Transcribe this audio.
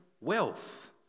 wealth